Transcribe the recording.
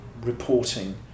reporting